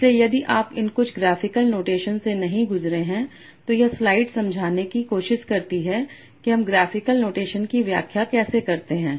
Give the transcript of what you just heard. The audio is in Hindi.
इसलिए यदि आप इन कुछ ग्राफिकल नोटेशन से नहीं गुज़रे हैं तो यह स्लाइड समझाने की कोशिश करती है कि हम ग्राफिकल नोटेशन की व्याख्या कैसे करते हैं